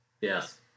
Yes